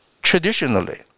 traditionally